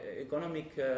economic